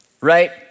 right